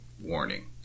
warning